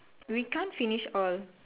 we can't finish all